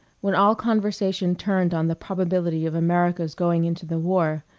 when all conversation turned on the probability of america's going into the war,